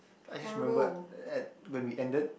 I just remembered at when we ended